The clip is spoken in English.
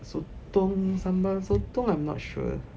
sotong sambal sotong I'm not sure